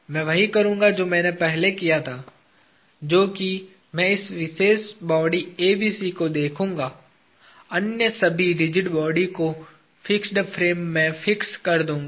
मैं वही करूँगा जो मैंने पहले किया था जो कि मैं इस विशेष बॉडी ABC को देखूंगा अन्य सभी रिजिड बॉडी को फिक्स फ्रेम में फिक्स कर दूंगा